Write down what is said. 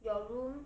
your room